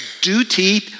duty